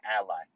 ally